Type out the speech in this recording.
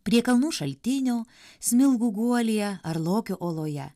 prie kalnų šaltinio smilgų guolyje ar lokio oloje